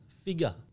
figure